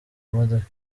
modoka